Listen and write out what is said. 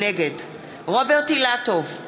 נגד רוברט אילטוב,